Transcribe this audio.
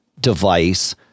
device